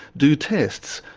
do tests,